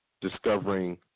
discovering